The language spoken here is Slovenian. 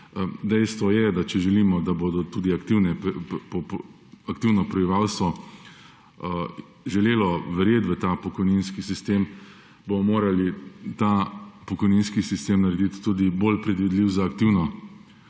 dejstvo je, da če želimo, da bo tudi aktivno prebivalstvo želelo verjeti v ta pokojninski sistem, bomo morali ta pokojninski sistem narediti tudi bolj predvidljiv za aktivno populacijo.